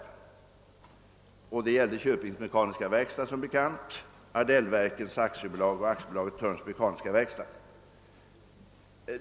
Det gällde som bekant Köpings Mekaniska Verkstads AB, Aldellverkens AB och AB Thörns Mekaniska Verkstad.